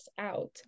out